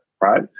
right